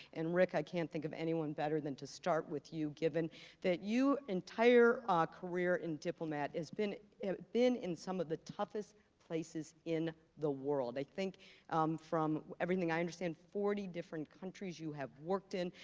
and rick, i can't think of anyone better than to start with you, given that your entire career in diplomat has been been in some of the toughest places in the world. i think from everything i understand, forty different countries you have worked in,